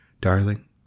Darling